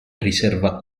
riserva